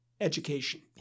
education